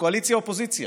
קואליציה ואופוזיציה.